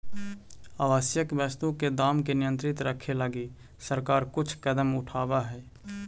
आवश्यक वस्तु के दाम के नियंत्रित रखे लगी सरकार कुछ कदम उठावऽ हइ